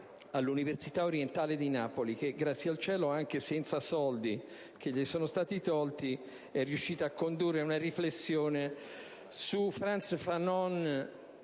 all'Università orientale di Napoli che, grazie al cielo, anche senza i soldi che le sono stati tolti, è riuscita a condurre una riflessione su Frantz Fanon